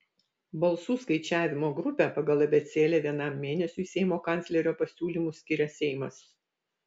balsų skaičiavimo grupę pagal abėcėlę vienam mėnesiui seimo kanclerio pasiūlymu skiria seimas